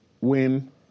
win